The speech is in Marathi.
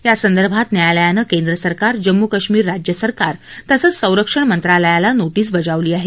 यासंदर्भात न्यायालयानं केंद्र सरकार जम्मू कश्मीर राज्य सरकार तसंच संरक्षण मंत्रालयाला नोटीस बजावली आहे